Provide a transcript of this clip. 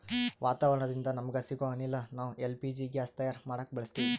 ವಾತಾವರಣದಿಂದ ನಮಗ ಸಿಗೊ ಅನಿಲ ನಾವ್ ಎಲ್ ಪಿ ಜಿ ಗ್ಯಾಸ್ ತಯಾರ್ ಮಾಡಕ್ ಬಳಸತ್ತೀವಿ